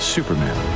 Superman